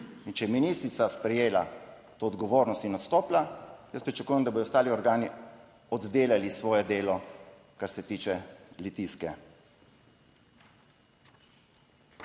in če je ministrica sprejela to odgovornost in odstopila, jaz pričakujem, da bodo ostali organi oddelali svoje delo, kar se tiče Litijske.